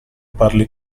parli